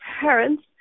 parents